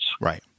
Right